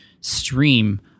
stream